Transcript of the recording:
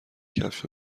کفش